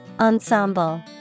Ensemble